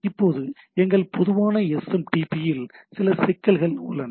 இப்போது எங்கள் பொதுவான எஸ்எம்டிபி இல் சில சிக்கல்கள் உள்ளன